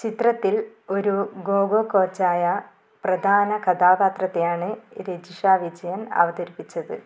ചിത്രത്തിൽ ഒരു ഖോ ഖോ കോച്ച് ആയ പ്രധാന കഥാപാത്രത്തെയാണ് രജിഷ വിജയൻ അവതരിപ്പിച്ചത്